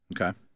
okay